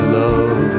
love